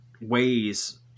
ways